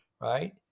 right